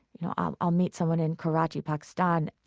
you know, i'll i'll meet someone in karachi, pakistan,